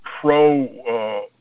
pro